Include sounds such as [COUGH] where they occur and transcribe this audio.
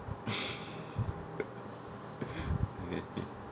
[LAUGHS] okay